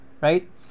right